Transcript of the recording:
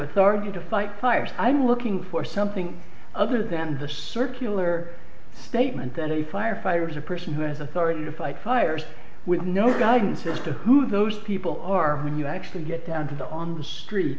authority to fight fires i'm looking for something other than the circular statement that a fire fire is a person who has authority to fight fires with no guidance as to who those people are when you actually get down to the on the street